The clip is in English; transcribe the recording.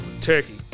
Turkey